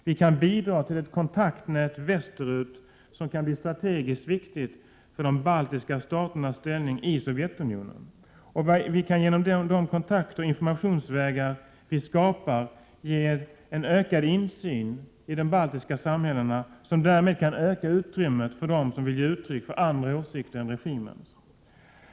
Vi kan bidra till ett kontaktnät västerut, som kan bli strategiskt viktigt för de baltiska staternas ställning i Sovjetunionen. Vi kan genom de kontaktoch informationsvägar vi skapar ge en ökad insyn i de baltiska samhällena. De kan därmed öka utrymmet för dem som vill ge uttryck för andra åsikter än regimens.